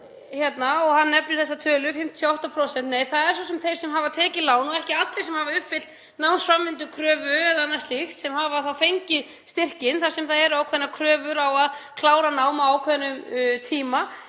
Hann nefnir þessa tölu, 58%. Nei, það eru þeir sem hafa tekið lán og ekki allir sem hafa uppfyllt námsframvindukröfu eða annað slíkt og fengið styrkinn þar sem það eru ákveðnar kröfur á að klára nám á ákveðnum tíma